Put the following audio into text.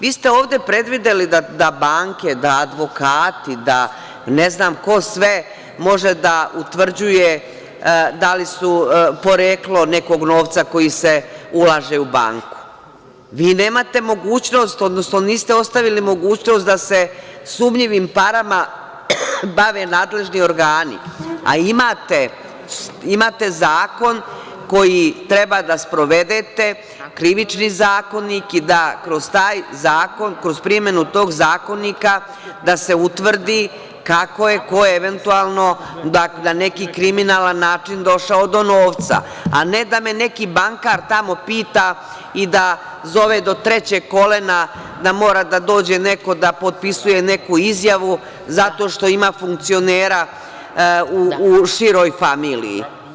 Vi ste ovde predvideli da banke, da advokati, da ne znam ko sve može da utvrđuje da li su poreklo nekog novca koji se ulaže u banku, vi nemate mogućnost, odnosno niste ostavili mogućnost da se sumnjivim parama bave nadležni organi, a imate zakon koji treba da sprovedete, Krivični zakonik i da kroz taj zakon, kroz primenu tog Zakonika se utvrdi kako je ko eventualno, na neki kriminalan način došao do novca, a ne da me neki bankar tamo pita i da zove do trećeg kolega da mora da dođe neko da potpisuje neku izjavu zato što ima funkcionera u široj familiji.